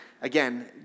again